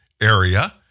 area